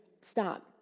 stop